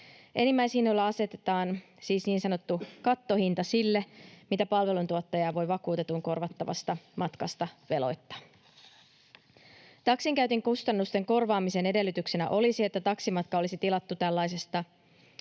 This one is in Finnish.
Enimmäishinnoilla asetetaan siis niin sanottu kattohinta sille, mitä palveluntuottaja voi vakuutetun korvattavasta matkasta veloittaa. Taksinkäytön kustannusten korvaamisen edellytyksenä olisi, että taksimatka olisi tilattu tällaisesta